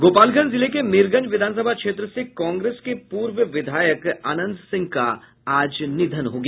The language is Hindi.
गोपालगंज जिले के मीरगंज विधानसभा क्षेत्र से कांग्रेस के पूर्व विधायक अनंत सिंह का आज निधन हो गया